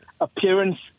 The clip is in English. appearance